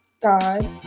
God